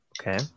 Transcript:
Okay